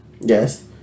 Yes